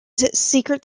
secret